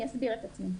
אני אסביר את עצמי.